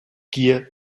gier